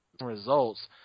results